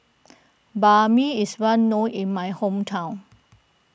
Banh Mi is well known in my hometown